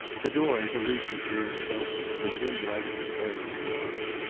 the door into lucy's room was open and a dim light was burning beyond it.